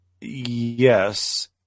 yes